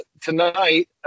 tonight